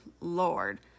Lord